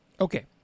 okay